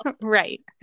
Right